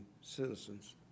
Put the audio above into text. citizens